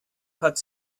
hat